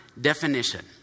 definition